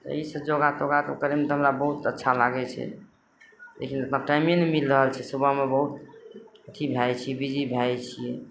अइसँ योगा तोगा तऽ उ करयमे बहुत अच्छा लागय छै एक मिनटक टाइमे नहि मिल रहल छै सुबहमे बहुत अथी भए जाइ छियै बीजी भए जाइ छियै